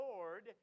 Lord